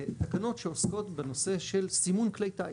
תקנות שעוסקות בנושא של סימון כלי טייס.